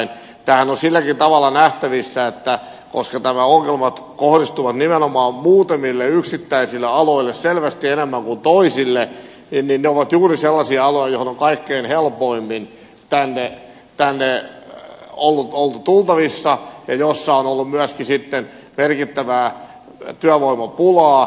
tämähän on silläkin tavalla nähtävissä että koska nämä ongelmat kohdistuvat nimenomaan muutamille yksittäisille aloille selvästi enemmän kuin toisille niin ne ovat juuri sellaisia aloja joille on kaikkein helpoimmin tänne oltu tultavissa ja joissa on ollut myöskin sitten merkittävää työvoimapulaa